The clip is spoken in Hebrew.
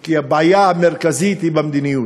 כי הבעיה המרכזית היא במדיניות.